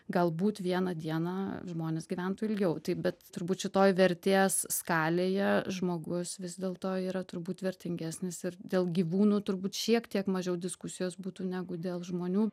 galbūt vieną dieną žmonės gyventų ilgiau tai bet turbūt šitoj vertės skalėje žmogus vis dėlto yra turbūt vertingesnis ir dėl gyvūnų turbūt šiek tiek mažiau diskusijos būtų negu dėl žmonių